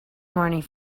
morning